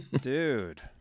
dude